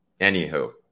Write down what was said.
anywho